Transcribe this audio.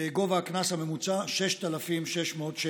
גובה הקנס הממוצע, 6,600 שקל.